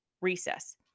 recess